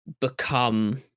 become